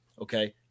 Okay